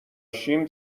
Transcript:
شیم